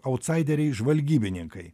autsaideriai žvalgybininkai